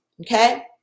okay